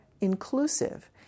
inclusive